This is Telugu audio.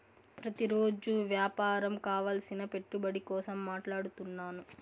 ప్రతిరోజు వ్యాపారం కావలసిన పెట్టుబడి కోసం మాట్లాడుతున్నాను